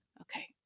okay